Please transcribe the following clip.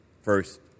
first